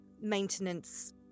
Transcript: maintenance